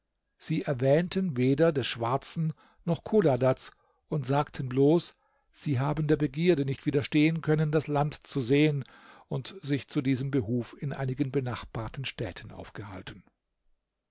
sie erwähnten weder des schwarzen noch chodadads und sagten bloß sie haben der begierde nicht widerstehen können das land zu sehen und sich zu diesem behuf in einigen benachbarten städten aufgehalten